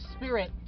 Spirit